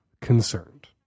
concerned